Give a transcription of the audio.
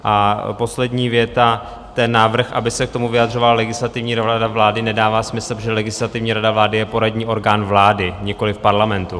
A poslední věta: Ten návrh, aby se k tomu vyjadřovala Legislativní rada vlády, nedává smysl, protože Legislativní rada vlády je poradní orgán vlády, nikoliv Parlamentu.